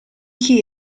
chi